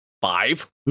five